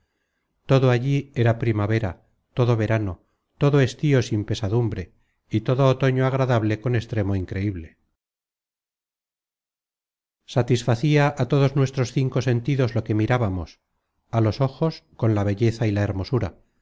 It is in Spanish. todo allí era primavera todo verano todo estío sin pesadumbre y todo otoño agradable con extremo increible satisfacia á todos nuestros cinco sentidos lo que mirábamos á los ojos con la belleza y la hermosura